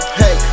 hey